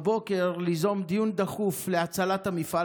מפעל